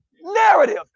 narrative